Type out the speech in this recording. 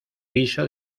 piso